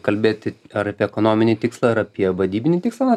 kalbėti ar apie ekonominį tikslą ar apie vadybinį tikslą